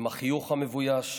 עם החיוך המבויש,